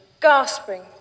gasping